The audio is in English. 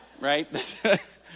Right